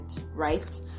right